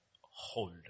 hold